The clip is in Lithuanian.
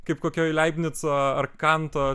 kaip kokioj leibnico ar kanto